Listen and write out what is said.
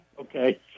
Okay